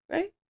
Right